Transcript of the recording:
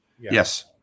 Yes